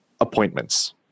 appointments